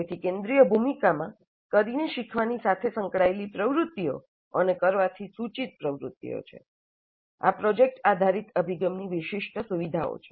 તેથી કેન્દ્રિય ભૂમિકામાં કરીને શીખવાની સાથે સંકળાયેલી પ્રવૃત્તિઓ અને કરવાથી સૂચિત પ્રવૃત્તિઓ છે આ પ્રોજેક્ટ આધારિત અભિગમની વિશિષ્ટ સુવિધાઓ છે